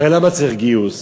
הרי למה צריך גיוס?